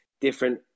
different